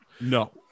no